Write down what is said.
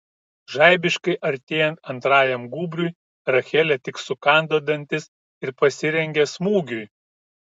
žaibiškai artėjant antrajam gūbriui rachelė tik sukando dantis ir pasirengė smūgiui